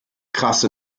krasse